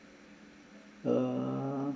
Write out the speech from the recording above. err